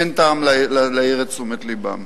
אין טעם להעיר את תשומת לבם.